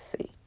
see